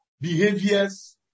behaviors